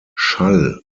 schall